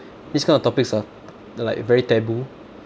this kind of topics are like very taboo